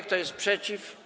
Kto jest przeciw?